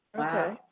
Okay